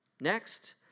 Next